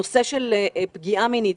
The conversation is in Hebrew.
נושא של פגיעה מינית,